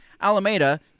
Alameda